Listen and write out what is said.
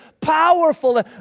powerful